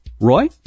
Roy